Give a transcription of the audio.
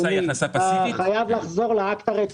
השאלה היא איך נתייחס לדבר הזה.